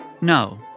No